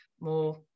more